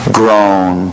grown